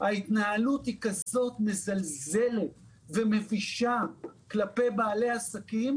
ההתנהלות היא כזאת מזלזלת ומבישה כלפי בעלי עסקים?